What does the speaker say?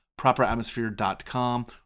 properatmosphere.com